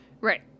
Right